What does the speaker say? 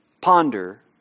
ponder